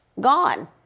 gone